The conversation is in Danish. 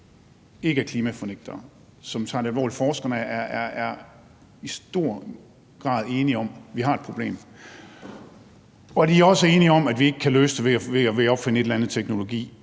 ikke er klimafornægtere, og som tager det alvorligt. Forskerne er i stor grad enige om, at vi har et problem, og de er også enige om, at vi ikke kan løse det ved at opfinde en eller anden teknologi,